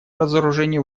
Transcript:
разоружению